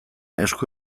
esku